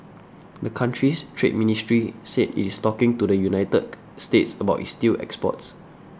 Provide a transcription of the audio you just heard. the country's trade ministry said it is talking to the United States about its steel exports